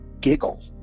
giggle